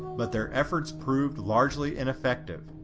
but their efforts proved largely ineffective.